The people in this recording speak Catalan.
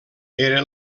era